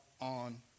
on